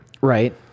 Right